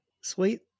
Sweet